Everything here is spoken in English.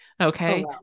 Okay